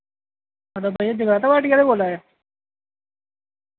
हां ते भैया जगराता पार्टी आह्ले बोल्ला दे